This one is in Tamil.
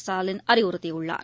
ஸ்டாலின் அறிவுறுத்தியுள்ளார்